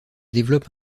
développe